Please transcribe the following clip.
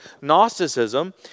Gnosticism